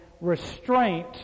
restraint